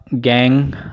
gang